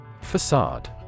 Facade